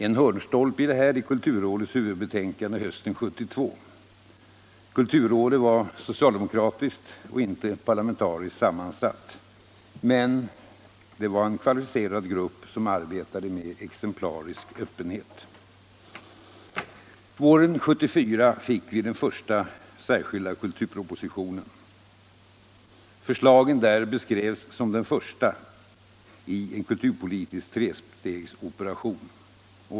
En hörnstolpe i detta är kulturrådets huvudbetänkande hösten 1972. Kulturrådet var socialdemokratiskt och inte parlamentariskt sammansatt. Men det var en kvalificerad grupp som arbetade med exemplarisk öppenhet. Våren 1974 fick vi den första särskilda kulturpropositionen. Förslagen där beskrevs som de första i en kulturpolitisk trestegsoperation.